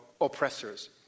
oppressors